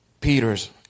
Peter's